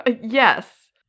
yes